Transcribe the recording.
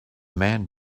man